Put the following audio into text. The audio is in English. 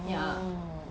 orh